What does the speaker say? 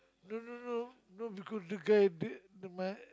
no no no no because the guy date the my